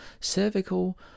cervical